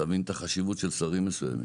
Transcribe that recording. אתה מבין את החשיבות של שרים מסוימים?